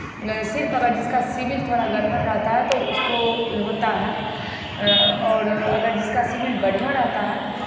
सिर्फ अगर जिसका सिविल थोड़ा गड़बड़ रहता है तो उसको होता है और अगर जिसका सिविल बढ़ियाँ रहता है